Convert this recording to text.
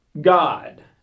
God